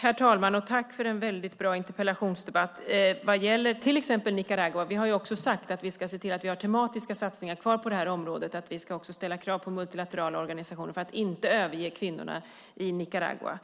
Herr talman! Tack för en väldigt bra interpellationsdebatt! Vad gäller till exempel Nicaragua har vi ju sagt att vi ska se till att vi har tematiska satsningar kvar på det här området. Vi ska också ställa krav på multilaterala organisationer för att inte överge kvinnorna i Nicaragua.